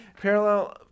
parallel